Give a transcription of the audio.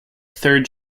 third